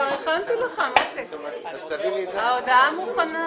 ההצעה התקבלה.